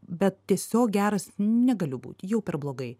bet tiesiog geras negaliu būt jau per blogai